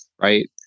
right